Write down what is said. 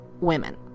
women